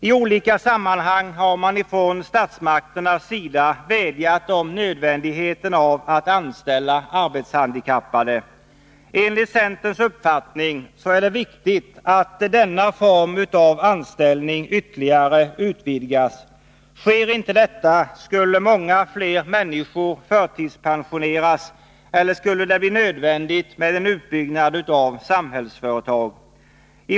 I olika sammanhang har man från statsmakternas sida vädjat om nödvändigheten av att anställa arbetshandikappade. Enligt centerns uppfattning är det viktigt att denna form av anställning ytterligare utvidgas. Sker inte detta skulle många fler människor förtidspensioneras, eller också skulle det bli nödvändigt med en utbyggnad av Samhällsföretag.